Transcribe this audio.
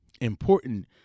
important